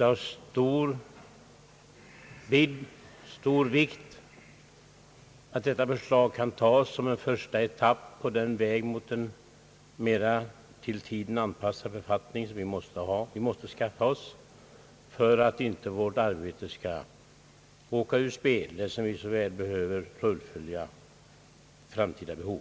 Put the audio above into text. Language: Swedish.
av stor vikt att detta förslag kan tagas såsom en första etapp på den väg mot en mera till tiden anpassad författning som vi måste skaffa oss för att inte vårt arbete skall sättas ur spel, det arbete som jag föreställer mig att vi så väl behöver fullfölja för framtida behov.